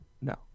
no